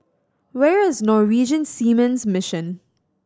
where is Norwegian Seamen's Mission